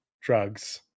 drugs